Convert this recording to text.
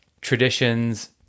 traditions